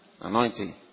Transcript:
Anointing